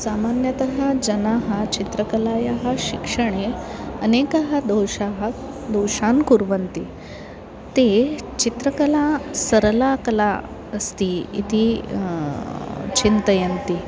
सामान्यतः जनाः चित्रकलायाः शिक्षणे अनेकाः दोषाः दोषान् कुर्वन्ति ते चित्रकला सरला कला अस्ति इति चिन्तयन्ति